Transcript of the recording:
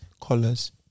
colors